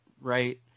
right